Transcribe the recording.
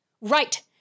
Right